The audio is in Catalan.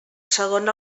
segon